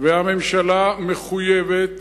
והממשלה מחויבת